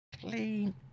clean